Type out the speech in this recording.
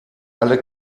alle